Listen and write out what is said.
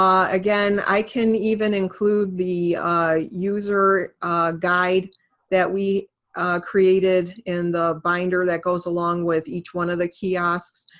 um again, i can even include the user guide that we created in the binder that goes along with each one of the kiosks.